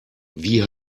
wie